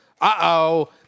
Uh-oh